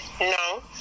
no